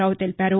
రావు తెలిపారు